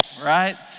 right